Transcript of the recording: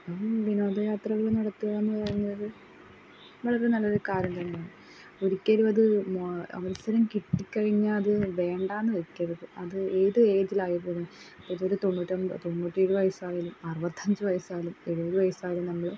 അപ്പം വിനോദയാത്രകൾ നടത്തുകാന്ന് പറയുന്നത് വളരെ നല്ലൊരു കാര്യന്തന്നെയാണ് ഒരിക്കലുവത് അവസരങ്കിട്ടിക്കഴിഞ്ഞാലത് വേണ്ടാന്ന് വെയ്ക്കരുത് അത് ഏത് ഏതിലായാപ്പോലും ഇപ്പിതൊരു തൊണ്ണൂറ്റൊൻപത് തൊണ്ണൂറ്റേഴ് വയസായാലും അറുപത്തഞ്ച് വയസായാലും എഴുപത് വയസായാലും നമ്മൾ